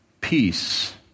peace